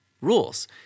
rules